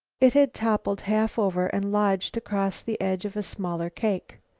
it had toppled half over and lodged across the edge of a smaller cake.